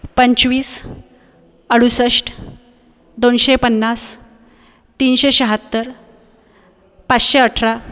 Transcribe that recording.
पंचवीस अडुसष्ठ दोनशे पन्नास तीनशे शहात्तर पाचशे अठरा